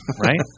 right